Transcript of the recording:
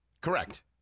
correct